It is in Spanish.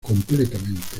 completamente